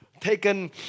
taken